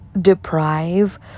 deprive